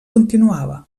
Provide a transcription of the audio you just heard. continuava